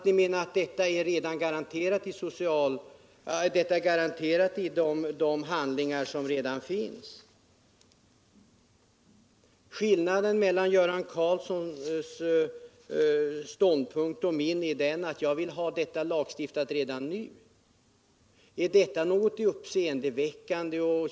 Ni menar att detta är garanterat i de handlingar som redan finns. Skillnaden mellan Göran Karlssons ståndpunkt och min är att jag vill ha detta lagstiftat redan nu. Är detta så märkligt?